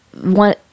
one